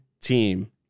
team